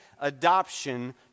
adoption